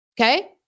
okay